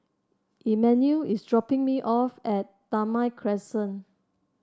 Immanuel is dropping me off at Damai Crescent